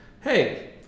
Hey